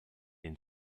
den